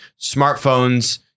smartphones